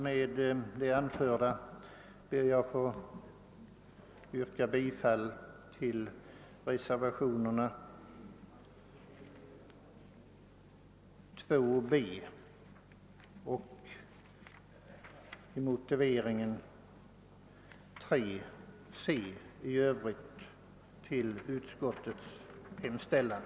Med detta ber jag att få yrka bifall till den vid statsutskottets förevarande utlåtande fogade reservationen 2 b samt — beträffande motiveringen — till reservationen 3 c. I övrigt yrkar jag bifall till utskottets hemställan.